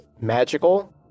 magical